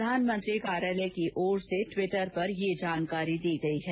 प्रधानमंत्री कार्यालय की ओर से ट्विटर पर ये जानकारी दी गई है